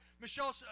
Michelle